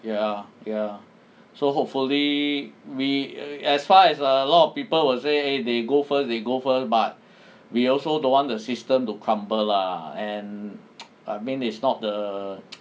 ya ya so hopefully we as far as a lot of people will say they go first they go first but we also don't want the system to crumble lah and I mean is not the